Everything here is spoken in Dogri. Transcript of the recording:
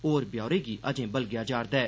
होर ब्यौरे गी अजें बलगेआ जा'रदा ऐ